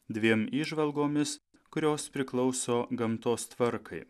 dviem įžvalgomis kurios priklauso gamtos tvarkai